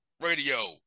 radio